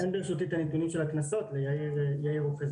אין ברשותי את הנתונים של הקנסות, יאיר אוחז בזה.